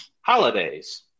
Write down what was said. holidays